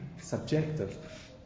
subjective